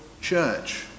church